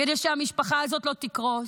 כדי שהמשפחה הזאת לא תקרוס.